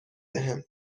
بهم